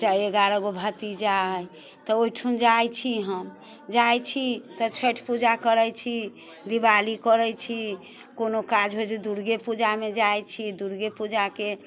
एगारहगो भतीजा अइ तऽ ओहिठुन जाइत छी हम जाइत छी तऽ छठि पूजा करैत छी दिवाली करैत छी कोनो काज होइत छै दुर्गे पूजामे जाइत छी दुर्गे पूजाके